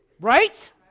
Right